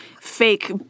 fake